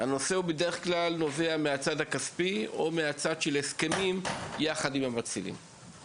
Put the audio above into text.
אלא הבעיה היא או מהצד של ההסכמים עם המצילים או מהצד הכספי.